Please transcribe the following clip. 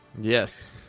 Yes